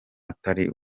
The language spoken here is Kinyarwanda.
atari